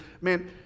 man